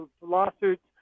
lawsuits